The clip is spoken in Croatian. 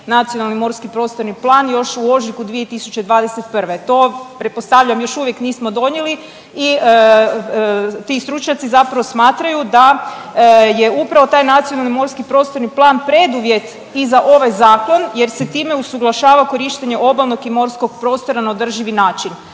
nacionalni morski prostorni plan još u ožujku 2021. To pretpostavljam još uvijek nismo donijeli i ti stručnjaci zapravo smatraju da je upravo taj nacionalni morski prostorni plan preduvjet i za ovaj zakon jer se time usuglašava korištenje obalnog i morskog prostora na održivi način.